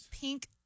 pink